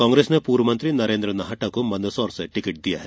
कांग्रेस ने पूर्व मंत्री नरेन्द्र नाहटा को मंदसौर से टिकट दिया है